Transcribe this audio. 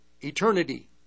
eternity